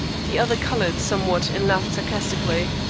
the other colored somewhat and laughed sarcastically.